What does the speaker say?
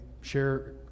share